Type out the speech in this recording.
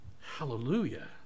Hallelujah